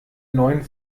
neuen